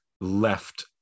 left